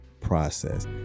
process